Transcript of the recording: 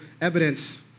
evidence